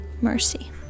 mercy